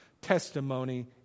testimony